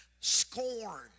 Scorn